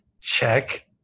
check